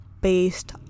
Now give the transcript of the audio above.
based